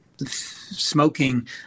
Smoking